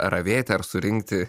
ravėti ar surinkti